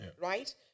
right